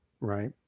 Right